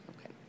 Okay